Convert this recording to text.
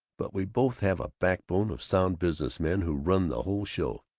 but we both have a backbone of sound business men who run the whole show.